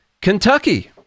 Kentucky